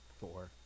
four